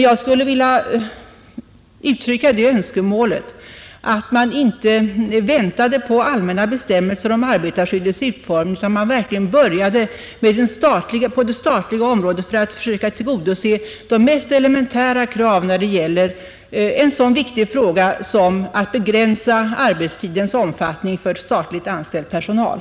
Jag skulle vilja uttrycka önskemålet att man inte väntar på allmänna bestämmelser om arbetarskyddets utformning utan verkligen på det statliga området börjar försöka tillgodose de mest elementära kraven när det gäller en så viktig sak som att begränsa arbetstidens omfattning för statligt anställd personal.